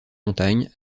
montagne